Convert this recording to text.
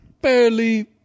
Barely